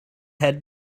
head